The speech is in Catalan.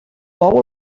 bou